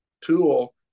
tool